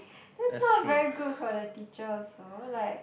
that's not very good for the teacher also like